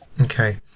Okay